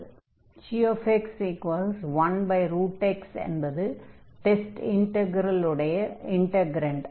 gx 1x என்பது test இன்டக்ரலுடைய integrand